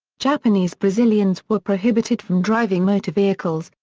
japanese brazilians were prohibited from driving motor vehicles,